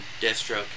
Deathstroke